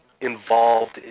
involved